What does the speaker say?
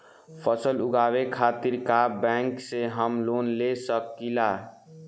फसल उगावे खतिर का बैंक से हम लोन ले सकीला?